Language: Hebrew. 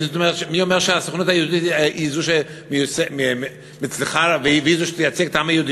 מי אומר שהסוכנות היהודית היא זו שצריכה ושהיא זו שתייצג את העם היהודי?